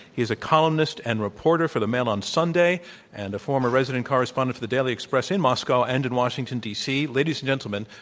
he is a columnist and reporter for the man on sunday and a former resident correspondent for the daily express in moscow and in washington, d. c. ladies and gentlemen,